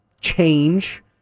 change